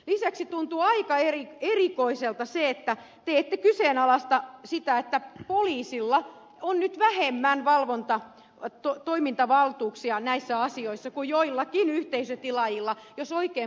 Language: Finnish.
lisäksi tuntuu aika erikoiselta se että te ette kyseenalaista sitä että poliisilla on nyt vähemmän toimintavaltuuksia näissä asioissa kuin joillakin yhteisötilaajilla jos oikein